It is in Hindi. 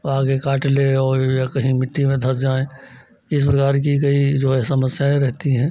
वह आकर काट ले और या कहीं मिट्टी में धंस जाएँ इस प्रकार की कई जो है समस्याएँ रहती हैं